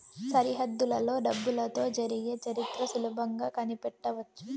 సరిహద్దులలో డబ్బులతో జరిగే చరిత్ర సులభంగా కనిపెట్టవచ్చు